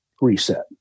reset